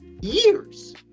Years